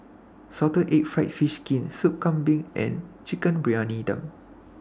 Salted Egg Fried Fish Skin Sup Kambing and Chicken Briyani Dum